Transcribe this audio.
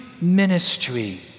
Ministry